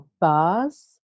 bars